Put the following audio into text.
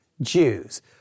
Jews